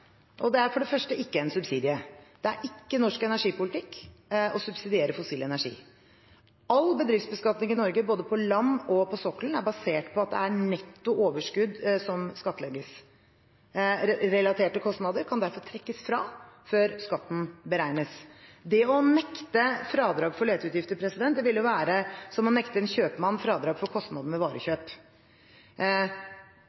ikke norsk energipolitikk å subsidiere fossil energi. All bedriftsbeskatning i Norge, både på land og på sokkelen, er basert på at det er netto overskudd som skattlegges. Relaterte kostnader kan derfor trekkes fra før skatten beregnes. Det å nekte fradrag for leteutgifter ville være som å nekte en kjøpmann fradrag for kostnadene ved